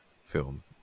film